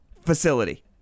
facility